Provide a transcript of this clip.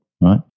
Right